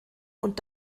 und